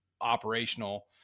operational